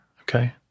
Okay